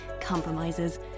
compromises